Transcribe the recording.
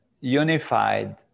unified